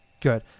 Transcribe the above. Good